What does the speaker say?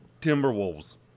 Timberwolves